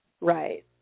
Right